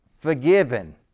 forgiven